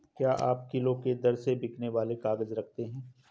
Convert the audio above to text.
क्या आप किलो के दर से बिकने वाले काग़ज़ रखते हैं?